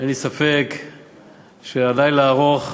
אין לי ספק שהלילה ארוך,